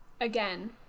again